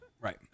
Right